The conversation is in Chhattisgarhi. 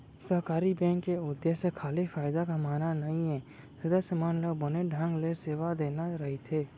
सहकारी बेंक के उद्देश्य खाली फायदा कमाना नइये, सदस्य मन ल बने ढंग ले सेवा देना रइथे